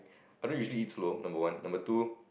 I don't usually eat slow number one number two